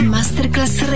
Masterclass